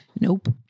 Nope